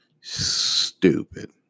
stupid